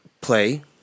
play